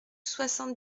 soixante